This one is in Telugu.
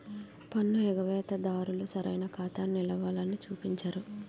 పన్ను ఎగవేత దారులు సరైన ఖాతా నిలవలని చూపించరు